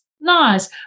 nice